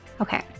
Okay